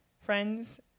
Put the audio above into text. friends